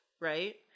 right